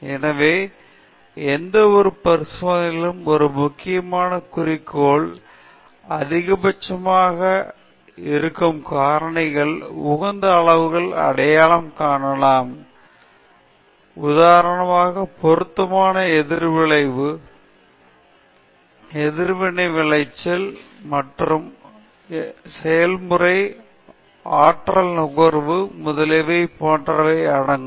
எனவே எந்தவொரு பரிசோதனையிலும் ஒரு முக்கிய குறிக்கோள் அதிகபட்சமாக அதிகரிக்கும் காரணிகளின் உகந்த அளவுகளை அடையாளம் காணலாம் உதாரணத்திற்கு பொருத்தமான எதிர்விளைவு எதிர்வினை விளைச்சல் மாற்றுதல் செயல்முறை நேரம் ஆற்றல் நுகர்வு முதலியன போன்றவை அடங்கும்